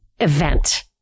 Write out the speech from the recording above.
event